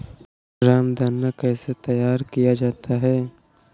रामदाना कैसे तैयार किया जाता है?